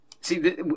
See